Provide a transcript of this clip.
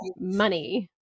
money